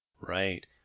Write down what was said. Right